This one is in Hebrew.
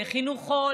לחינוכו,